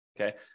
Okay